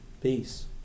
peace